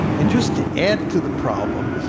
and just to add to the problem,